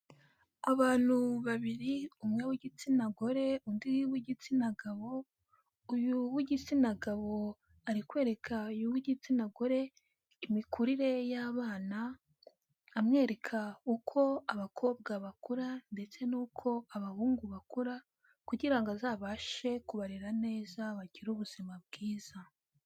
Abantu babiri, umwe w'igitsina gore, undi ni w'igitsina gabo, uyu w'igitsina gabo ari kwereka uw'igitsina gore imikurire y'abana, amwereka uko abakobwa bakura ndetse n'uko abahungu bakura kugira ngo azabashe kubarera neza bagire ubuzima bwiza.